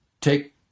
take